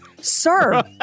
sir